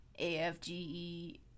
AFGE